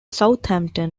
southampton